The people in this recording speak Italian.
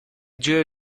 giro